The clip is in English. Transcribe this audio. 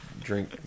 drink